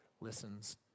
listens